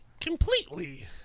completely